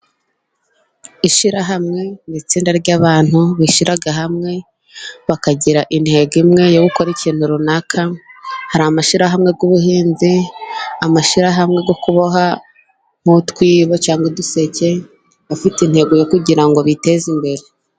Ishyirahamwe ni itsinda ry'abantu, bishyiraga hamwe bakagira intego imwe yo gukora ikintu runaka. Hari amashyirahamwe y'ubuhinzi, amashyirahamwe yo kuboha nk'utwibo cyangwa uduseke, afite intego yo kugira ngo biteze imbere.